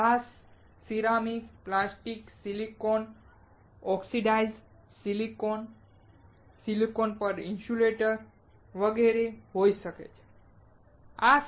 તે glass ceramic plastic silicon oxidised silicon silicon પર insulator વગેરે હોઈ શકે છે